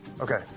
okay